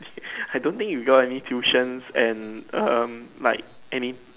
I don't think you go any tuitions and um like any